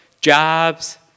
jobs